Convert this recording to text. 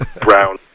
brown